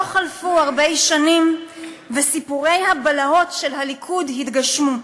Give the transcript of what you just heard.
לא חלפו הרבה שנים וסיפורי הבלהות של הליכוד התגשמו.